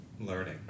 learning